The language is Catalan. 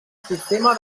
sistema